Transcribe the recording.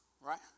right